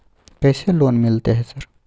कैसे लोन मिलते है सर?